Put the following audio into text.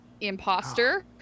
imposter